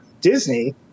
Disney